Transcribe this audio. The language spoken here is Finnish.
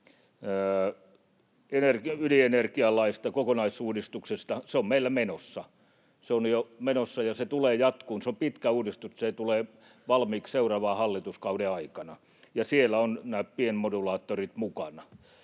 ydinenergialain kokonaisuudistuksesta. Se on meillä menossa. Se on jo menossa, ja se tulee jatkumaan. Se on pitkä uudistus, se tulee valmiiksi seuraavan hallituskauden aikana, ja siellä ovat nämä pienet modulaariset reaktorit mukana.